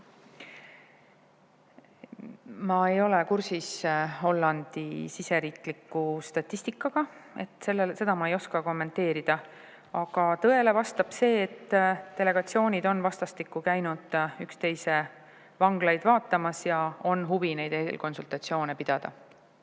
Ma ei ole kursis Hollandi siseriikliku statistikaga. Seda ma ei oska kommenteerida. Aga tõele vastab see, et delegatsioonid on vastastikku käinud üksteise vanglaid vaatamas ja on huvi neid eelkonsultatsioone pidada.